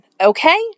okay